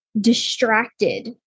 distracted